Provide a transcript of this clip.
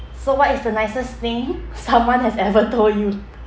so what is the nicest thing someone has ever told you